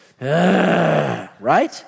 right